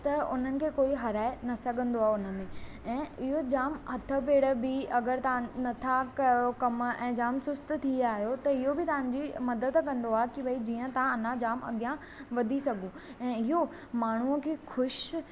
त हुननि खें कोई हराए न सघंदो आहे हुन में ऐं इहो जाम हथु पेर बि अगरि तव्हां नथा करो कम ऐं जाम सुस्त थी विया आहियो त इहो बि तव्हांजी मदद कंदो आहे कि ॿई जीअं तव्हां अञा जाम अॻियां वधी सघो ऐं इहो माण्हूअ खे ख़ुशि